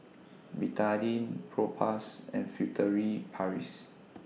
Betadine Propass and Furtere Paris